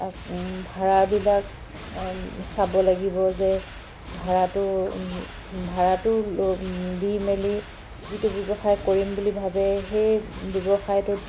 ভাড়াবিলাক চাব লাগিব যে ভাড়াটো ভাড়াটো দি মেলি যিটো ব্যৱসায় কৰিম বুলি ভাবে সেই ব্যৱসায়টোত